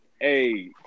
Hey